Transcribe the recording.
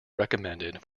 recommended